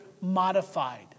modified